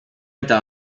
eta